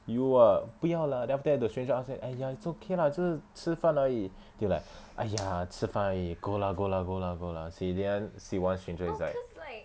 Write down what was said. you are 不要 lah then after that the stranger ask you !aiya! it's okay lah 就是吃饭而已 then you like !aiya! 吃饭而已 go lah go lah go lah go lah see then see one stranger only